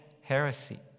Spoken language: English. heresy